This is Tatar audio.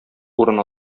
урын